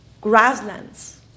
grasslands